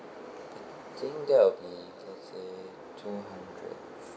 I think that would be let say two hundred